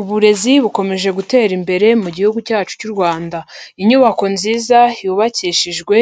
Uburezi bukomeje gutera imbere gihugu cyacu cy'u Rwanda, inyubako nziza yubakishijwe